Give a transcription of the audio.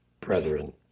brethren